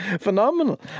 phenomenal